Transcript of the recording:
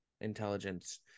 intelligence